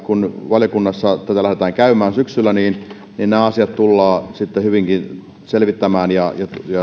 kun asiantuntijakuulemisia valiokunnassa lähdetään käymään syksyllä nämä asiat tullaan sitten hyvinkin selvittämään ja